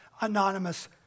anonymous